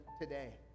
today